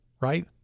right